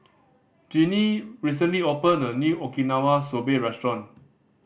Jeannine recently opened a new Okinawa Soba Restaurant